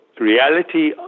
reality